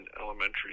elementary